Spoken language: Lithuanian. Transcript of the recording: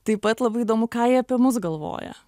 taip pat labai įdomu ką jie apie mus galvoja